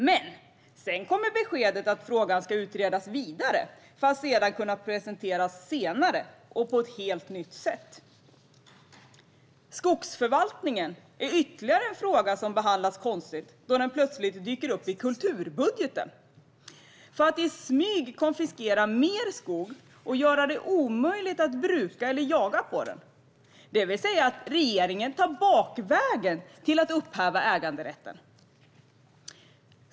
Men sedan kommer beskedet att frågan ska utredas vidare för att kunna presenteras senare och på ett helt nytt sätt. Skogsförvaltningen är ytterligare en fråga som behandlats konstigt då den plötsligt dyker upp i kulturbudgeten. I smyg vill man konfiskera mer skog och göra den omöjlig att bruka eller jaga i, det vill säga att regeringen tar bakvägen till att upphäva äganderätten.